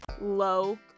Low